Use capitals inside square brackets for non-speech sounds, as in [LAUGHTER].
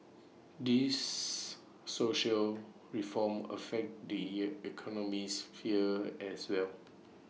these social reforms affect the [UNINTELLIGIBLE] economic sphere as well